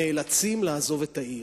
אני רוצה לומר לכם שהעיר